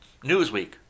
Newsweek